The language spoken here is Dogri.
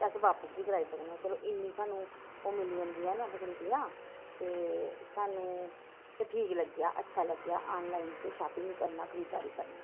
ते अस बापस बी कराई सकने आं चलो इन्नी सानूं ओह् मिली जंदी ऐ न फैसलिटियां ते सानूं ते ठीक लग्गेआ अच्छा लग्गेआ आनलाइन च शापिंग करना खरीदारी करना